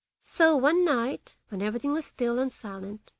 so one night, when everything was still and silent,